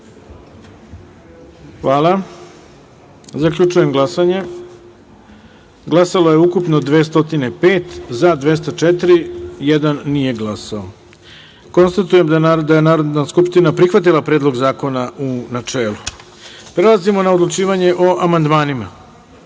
taster. Zaključujem glasanje. Glasalo je ukupno 205 narodnih poslanika, za – 204, jedan nije glasao. Konstatujem da je Narodna skupština prihvatila Predlog zakona u načelu. Prelazimo na odlučivanje o amandmanima. Na